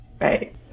Right